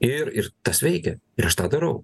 ir ir tas veikia ir aš tą darau